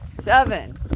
seven